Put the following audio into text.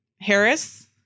Harris